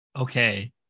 okay